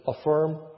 affirm